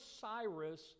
Cyrus